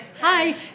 Hi